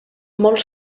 molt